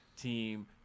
team